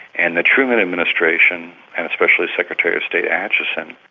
and the truman administration and especially secretary of state acheson,